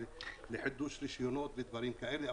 לחידוש רישיונות ודברים כאלה.